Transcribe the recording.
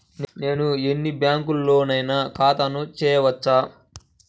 నేను ఎన్ని బ్యాంకులలోనైనా ఖాతా చేయవచ్చా?